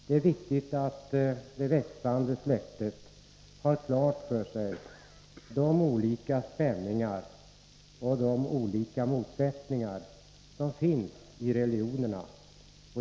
Det är viktigt att det växande släktet har klart för sig de olika spänningar och de olika motsättningar som finns i religionerna.